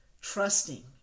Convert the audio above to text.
trusting